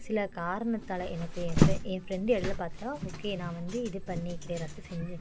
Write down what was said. சில காரணத்தால் எனக்கு என் ஃப்ரெ என் ஃப்ரெண்ட் வெளில பார்த்துட்டா ஓகே நான் வந்து இது பண்ணிக்கிறேன் ரத்து செஞ்சு